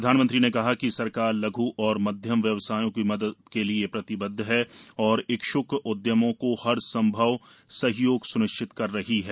प्रधानमंत्री ने कहा कि सरकार लघ् और मध्यम व्यवसायों की मदद के लिए प्रतिबद्ध है और इच्छ्क उद्यमों को हरसंभव सहयोग स्निश्चित कर रही है